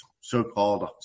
so-called